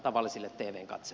arvoisa puhemies